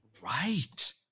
right